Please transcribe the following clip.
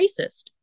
racist